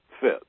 fit